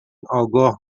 آگاه